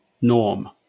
norm